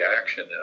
action